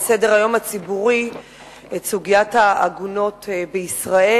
סדר-היום הציבורי את סוגיית העגונות בישראל.